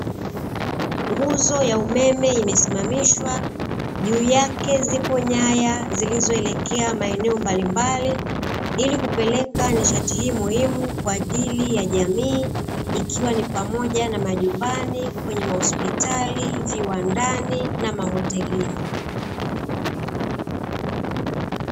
Nguzo ya umeme imesimamishwa juu yake zipo nyaya zilizoelekea maeneo ya mbalimbali ilikupekeka nishati hii muhimu kwaajili ya jamii ikiwa ni pamoja na majumbani, kwenye mahospitali, viwandani na mahotelini.